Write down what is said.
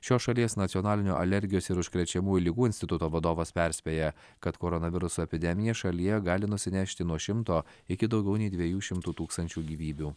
šios šalies nacionalinio alergijos ir užkrečiamųjų ligų instituto vadovas perspėja kad koronaviruso epidemija šalyje gali nusinešti nuo šimto iki daugiau nei dviejų šimtų tūkstančių gyvybių